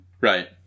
Right